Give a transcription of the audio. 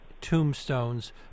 tombstones